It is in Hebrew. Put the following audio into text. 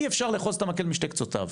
אי אפשר לאחוז את המקל משני קצותיו.